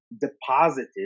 deposited